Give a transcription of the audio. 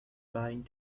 buying